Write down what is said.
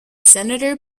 senator